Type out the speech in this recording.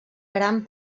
gran